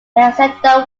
alexander